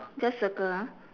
just circle ah